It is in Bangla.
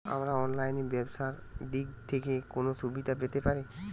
আমরা অনলাইনে ব্যবসার দিক থেকে কোন সুবিধা পেতে পারি?